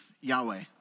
Yahweh